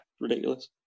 Ridiculous